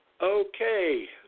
Okay